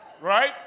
Right